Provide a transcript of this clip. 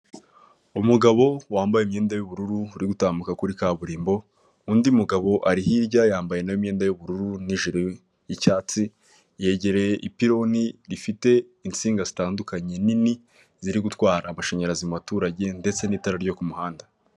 Umugabo wambaye imyenda y'ubururu uri gutambuka kuri kaburimbo, undi mugabo ari hirya yambaye na we imyenda y'ubururu n'ijire y'icyatsi, yegereye ipironi rifite insinga zitandukanye nini, ziri gutwara amashanyarazi mu baturage ndetse n'itara ryo ku muhanda.